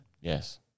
Yes